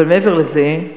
אבל מעבר לזה,